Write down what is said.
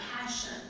passion